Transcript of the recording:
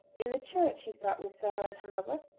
in the church he sat with sarah and her mother,